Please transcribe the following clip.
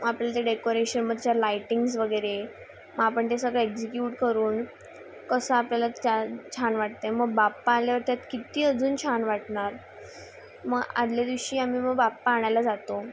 आपल्या त्या डेकोरेशनच्या लायटिंग्स वगेरे आपण ते सगळं एक्झिक्यूट करून कसं आपल्याला छान वाटते मं बाप्पा आल्यावर त्यात किती अजून छान वाटणार म आधल्या दिवशी आम्ही म ब्पा आणायला जातो